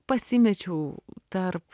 pasimečiau tarp